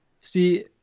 see